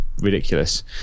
ridiculous